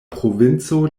provinco